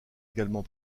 également